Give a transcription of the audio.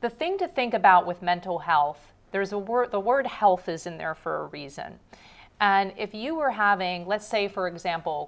the thing to think about with mental health there is a word the word health is in there for a reason and if you were having let's say for example